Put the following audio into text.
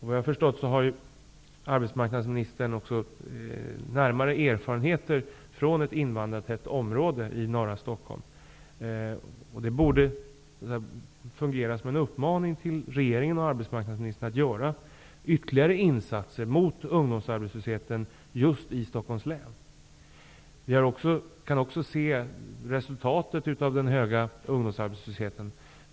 Vad jag förstår har arbetsmarknadsministern närmare erfarenheter från ett invandrartätt område i norra Stockholm. Det borde fungera som en uppmaning till regeringen och arbetsmarknadsministern att göra ytterligare insatser mot ungdomsarbetslösheten just i Stockholms län. n ökning av ungdomskriminaliteten i vår region kan ses som resultatet av den höga ungdomsarbetslösheten.